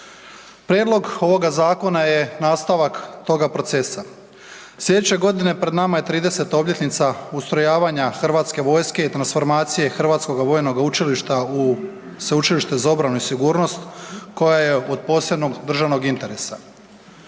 Prijedlog ovoga zakona je nastavak toga procesa. Sljedeće godine pred nama je 30. obljetnica ustrojavanja HV-a i transformacije Hrvatskoga vojnoga učilište u Sveučilište za obranu i sigurnost koja je od posebnog državnog interesa.